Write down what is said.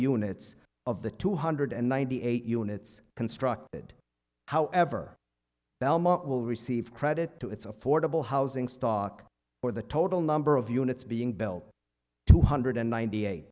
units of the two hundred and ninety eight units constructed however belmont will receive credit to its affordable housing stock or the total number of units being built two hundred ninety eight